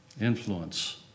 influence